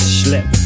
slip